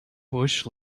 bush